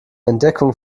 entdeckung